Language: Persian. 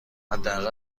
حداقل